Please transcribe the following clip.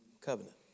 covenant